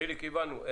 חיליק, הבנו.